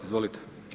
Izvolite.